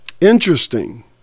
Interesting